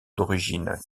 d’origine